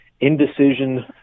indecision